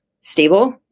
stable